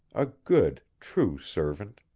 a good, true servant.